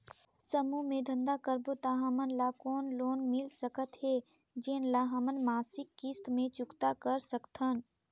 समूह मे धंधा करबो त हमन ल कौन लोन मिल सकत हे, जेन ल हमन मासिक किस्त मे चुकता कर सकथन?